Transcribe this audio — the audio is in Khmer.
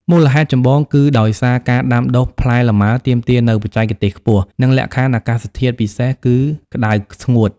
មូលហេតុចម្បង គឺដោយសារការដាំដុះផ្លែលម៉ើទាមទារនូវបច្ចេកទេសខ្ពស់ និងលក្ខខណ្ឌអាកាសធាតុពិសេសគឺ ក្តៅស្ងួត។